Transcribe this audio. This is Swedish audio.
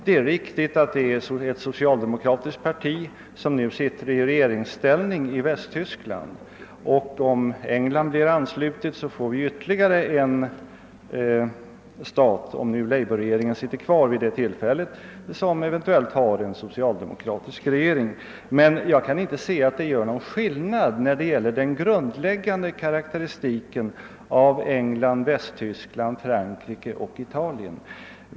Det är riktigt att det är ett socialdemokratiskt parti som nu sitter i regeringsställning i Västtyskland, och om England blir anslutet får vi ytterligare en stat — ifall nu labourregeringen sitter kvar vid det tillfället — som har en socialdemokratisk regering. Men jag kan inte se att det gör någon skillnad när det gäller den grundläggande karakteristiken av England, Västtyskland, Frankrike och Italien.